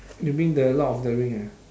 you mean the lord of the ring ah